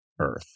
Earth